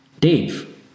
Dave